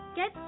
Get